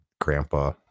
grandpa